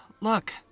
Look